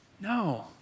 No